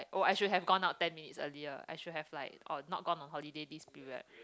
oh I should have gone out ten minutes earlier I should have like or not gone on holiday this period